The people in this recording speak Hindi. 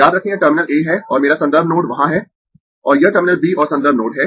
याद रखें यह टर्मिनल A है और मेरा संदर्भ नोड वहां है और यह टर्मिनल B और संदर्भ नोड है